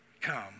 come